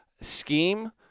scheme